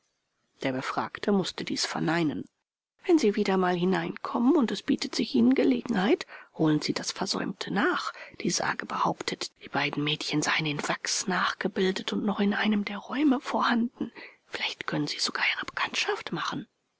der befragte mußte dies verneinen wenn sie wieder mal hineinkommen und es bietet sich ihnen gelegenheit holen sie das versäumte nach die sage behauptet die beiden mädchen seien in wachs nachgebildet und noch in einem der räume vorhanden vielleicht können sie sogar ihre bekanntschaft machen